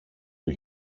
του